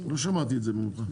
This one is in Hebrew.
לא שמעתי את זה את זה ממך,